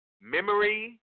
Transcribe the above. memory